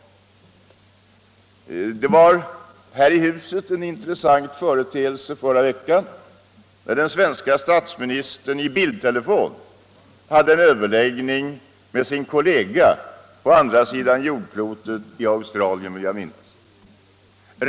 I förra veckan hade vi här i huset en intressant företeelse när den svenske statsministern i bildtelefon hade en överläggning med sin kollega på andra sidan jordklotet — jag vill minnas det var i Australien.